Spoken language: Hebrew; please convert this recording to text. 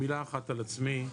מילה אחת על עצמי,